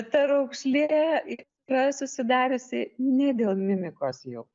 ta raukšlė yra susidariusi ne dėl mimikos jau